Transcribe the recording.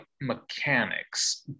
mechanics